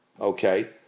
Okay